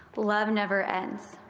love never ends.